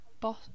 boss